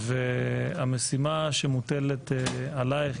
המשימה שמוטלת עלייך,